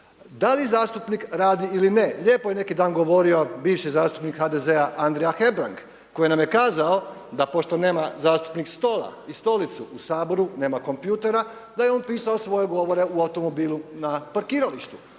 Da li zastupnik radi ili ne? Lijepo je neki dan govorio bivši zastupnik HDZ-a Andrija Hebrang koji nam je kazao da pošto nema zastupnik stola i stolicu u Saboru, nema kompjutera da je on pisao svoje govore u automobilu na parkiralištu.